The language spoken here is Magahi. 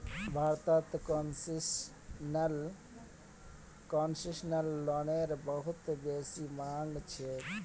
भारतत कोन्सेसनल लोनेर बहुत बेसी मांग छोक